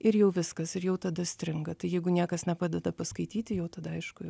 ir jau viskas ir jau tada stringa tai jeigu niekas nepadeda paskaityti jau tada aišku